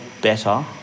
better